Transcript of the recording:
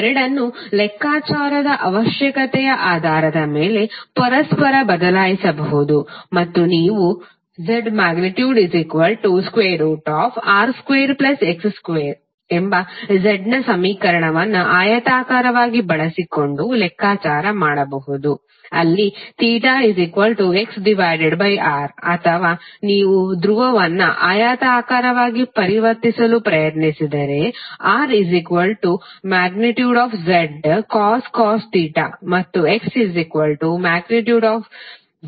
ಈ ಎರಡನ್ನು ಲೆಕ್ಕಾಚಾರದ ಅವಶ್ಯಕತೆಯ ಆಧಾರದ ಮೇಲೆ ಪರಸ್ಪರ ಬದಲಾಯಿಸಬಹುದು ಮತ್ತು ನೀವು ZR2X2 ಎಂಬ Z ನ ಸಮೀಕರಣವನ್ನು ಆಯತಾಕಾರವಾಗಿ ಬಳಸಿಕೊಂಡು ಲೆಕ್ಕಾಚಾರ ಮಾಡಬಹುದು ಅಲ್ಲಿθXR ಅಥವಾ ನೀವು ಧ್ರುವವನ್ನು ಆಯತಾಕಾರವಾಗಿ ಪರಿವರ್ತಿಸಲು ಬಯಸಿದರೆ RZcos ಮತ್ತು XZsin